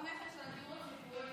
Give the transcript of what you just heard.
בבקשה, עשר דקות.